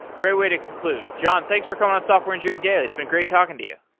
great way to conclude. john, thanks for coming on software engineering daily. it's been great talking to you.